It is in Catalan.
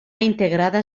integrada